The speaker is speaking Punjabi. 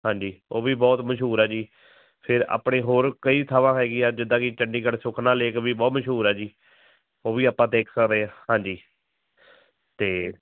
ਹਾਂਜੀ ਉਹ ਵੀ ਬਹੁਤ ਮਸ਼ਹੂਰ ਹੈ ਜੀ ਫਿਰ ਆਪਣੇ ਹੋਰ ਕਈ ਥਾਵਾਂ ਹੈਗੀਆਂ ਜਿੱਦਾਂ ਕੀ ਚੰਡੀਗੜ੍ਹ ਸੁਖਨਾ ਲੇਕ ਵੀ ਬਹੁਤ ਮਸ਼ਹੂਰ ਹੈ ਜੀ ਉਹ ਵੀ ਆਪਾਂ ਦੇਖ ਸਕਦੇ ਆ ਹਾਂਜੀ ਅਤੇ